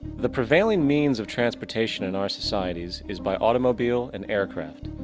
the prevailing means of transportation in our societies is by automobile and aircraft,